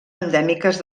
endèmiques